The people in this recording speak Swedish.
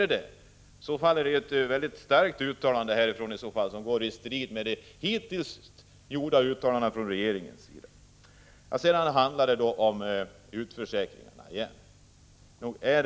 I så fall är det ett mycket starkt uttalande härifrån, som står i strid med de hittills gjorda uttalandena från regeringens sida. Frågan om utförsäkringarna återkommer.